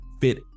fit